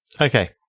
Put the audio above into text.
Okay